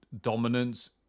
dominance